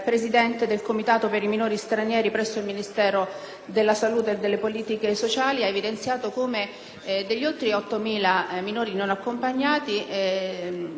della salute e delle politiche sociali ha evidenziato come, degli oltre 8.000 minori non accompagnati ne siano stati identificati solo 2.400.